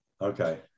Okay